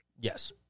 Yes